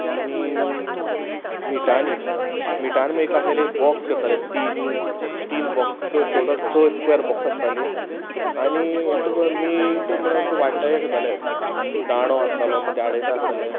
आनी मिटांनी मिटान म्ह एक आसलेले बॉक्स करताले तीन तीन बॉक्स सो टोटल स स्क्वॅर बॉक्स आसतालीं आनी एकटो कोण मीट म्हणो किदें वाटटा ये करताले दांडो आसतालो म्हणजे आडयता आसताले